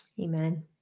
Amen